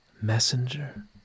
messenger